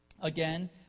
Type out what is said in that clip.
Again